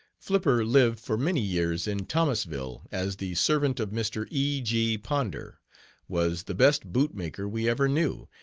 flipper lived for many years in thomasville as the servant of mr. e. g. ponder was the best bootmaker we ever knew,